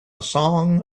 song